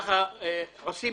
וכך עושים